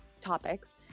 topics